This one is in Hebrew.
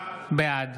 בעד